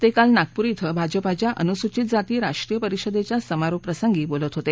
ते काल नागपूर कें भाजपाच्या अनुसूचित जाती राष्ट्रीय परिषदेच्या समारोप प्रसंगी बोलत होते